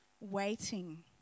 waiting